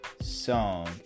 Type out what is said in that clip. song